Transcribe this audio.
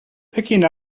picking